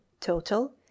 total